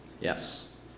Yes